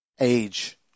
age